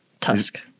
tusk